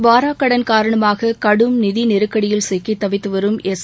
வாராக்கடன் காரணமாக கடும் நிதிநெருக்கடியில் சிக்கித் தவித்துவரும் எஸ்